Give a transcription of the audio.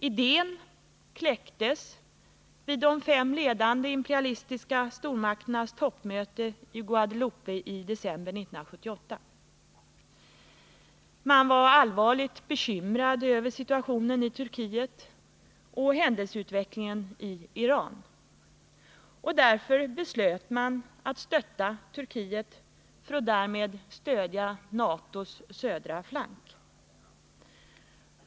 Idén kläcktes vid de fem ledande imperialistiska stormakternas toppmöte i Guadeloupe i december 1978. Man varallvarligt bekymrad över situationen i Turkiet och händelseutvecklingen i Iran. Därför beslöt man att stötta Turkiet, för att därmed stödja NATO:s södra flank.